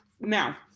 Now